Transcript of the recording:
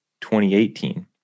2018